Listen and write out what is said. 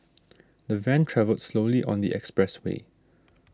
the van travelled slowly on the expressway